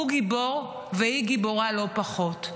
הוא גיבור, והיא גיבורה לא פחות.